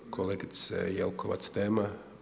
Kolegice Jelkovac nema.